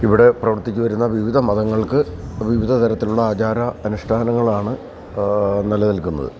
ഇവിടെ പ്രവർത്തിച്ച് വരുന്ന വിവിധ മതങ്ങൾക്ക് വിവിധ തരത്തിലുള്ള ആചാര അനുഷ്ഠാനങ്ങളാണ് നിലനിൽക്കുന്നത്